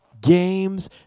games